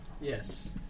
Yes